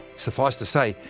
suffice to say,